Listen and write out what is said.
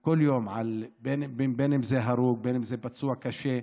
כל יום, בין שזה הרוג, בין שזה פצוע קשה,